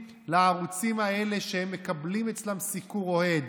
לערוצים האלה שהם מקבלים אצלם סיקור אוהד.